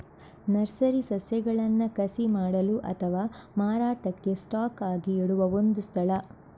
nursery ಸಸ್ಯಗಳನ್ನ ಕಸಿ ಮಾಡಲು ಅಥವಾ ಮಾರಾಟಕ್ಕೆ ಸ್ಟಾಕ್ ಆಗಿ ಇಡುವ ಒಂದು ಸ್ಥಳ